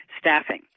staffing